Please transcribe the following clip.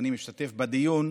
משתתפים בדיון,